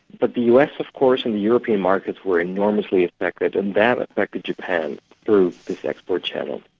but the us, of course, and the european markets were enormously affected and that affected japan through this export channel.